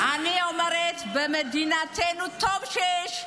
קריאה שלישית,